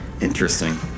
interesting